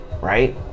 Right